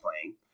playing